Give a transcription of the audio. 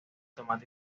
tomate